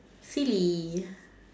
silly